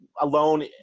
alone